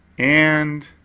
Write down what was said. and,